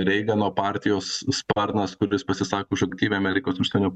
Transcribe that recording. reigano partijos sparnas kuris pasisako už aktyvią amerikos užsienio